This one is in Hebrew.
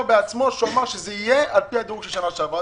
בעצמו שאמר שזה יהיה על פי הדירוג של שנה שעברה.